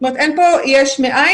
זאת אומרת, אין פה יש מאין.